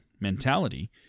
mentality